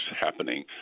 happening